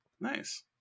Nice